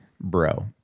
bro